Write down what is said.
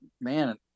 man